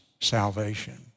salvation